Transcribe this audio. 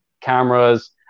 cameras